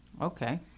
Okay